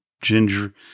ginger